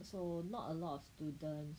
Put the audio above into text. so not a lot of student